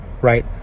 right